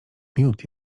miód